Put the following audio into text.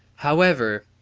however,